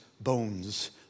bones